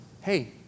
hey